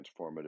Transformative